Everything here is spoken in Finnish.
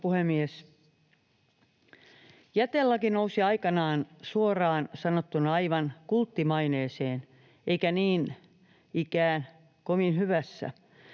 Jätelaki nousi aikanaan suoraan sanottuna aivan kulttimaineeseen, eikä niinkään kovin hyvässä.